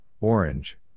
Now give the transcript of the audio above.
Orange